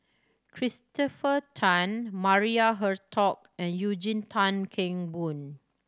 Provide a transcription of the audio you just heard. Christopher Tan Maria Hertogh and Eugene Tan Kheng Boon